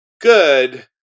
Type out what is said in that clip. good